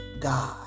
God